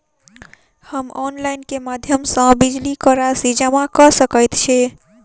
हम ऑनलाइन केँ माध्यम सँ बिजली कऽ राशि जमा कऽ सकैत छी?